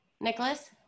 Nicholas